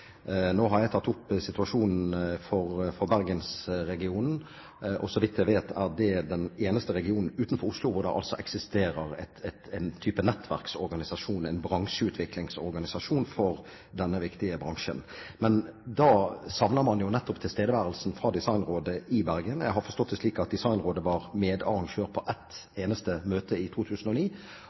Nå har jeg tatt opp situasjonen for bergensregionen, og så vidt jeg vet, er det den eneste regionen utenfor Oslo hvor det eksisterer en type nettverksorganisasjon – en bransjeutviklingsorganisasjon – for denne viktige bransjen. Men da savner man jo nettopp tilstedeværelsen av Designrådet i Bergen. Jeg har forstått det slik at Designrådet var medarrangør av ett eneste møte i 2009,